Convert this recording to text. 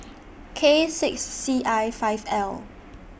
K six C I five L